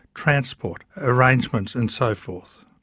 transport arrangements and so forth.